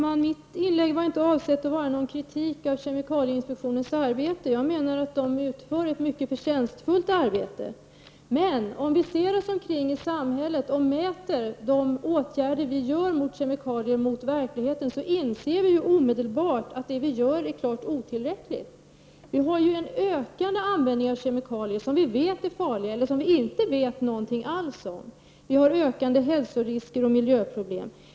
Fru talman! Jag avsåg inte att i mitt inlägg framföra någon kritik mot kemikalieinspektionens arbete. Den utför ett mycket förtjänstfullt arbete. Men om vi ser oss omkring i samhället och mäter de åtgärder som vidtas mot kemikalieanvändning, då inser vi omedelbart att det vi gör är klart otillräckligt. Vi har en ökad användning av vissa kemikalier som vi vet är farliga eller som vi inte vet någonting om. Vi lever också med ökande hälsorisker och miljöproblem.